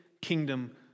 kingdom